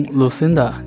Lucinda